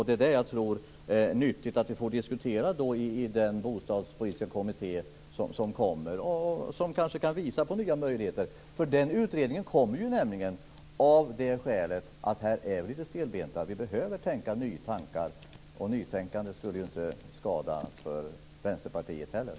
Det är det jag tror är nyttigt att vi får diskutera i den bostadspolitiska kommitté som kommer och som kanske kan visa på nya möjligheter. Den utredningen kommer nämligen av det skälet att här är vi lite stelbenta. Vi behöver tänka i nya banor. Nytänkande skulle inte skada Vänsterpartiet heller.